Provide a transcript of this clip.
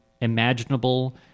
imaginable